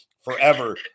forever